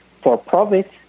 for-profit